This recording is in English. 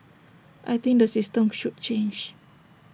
I think the system should change